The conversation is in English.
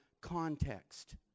context